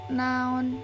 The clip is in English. noun